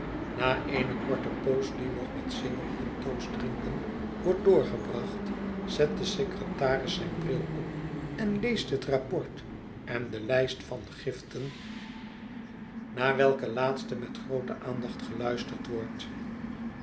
na eene korte poos die nog met zingen en toastendrinken wordt doorgebracht zet de secretaris zijn bril op en leest het rapport en de lijst van giften naar welke laatste met groote aandacht geluisterd wordt